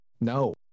No